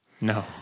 No